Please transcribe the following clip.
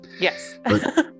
Yes